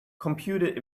computed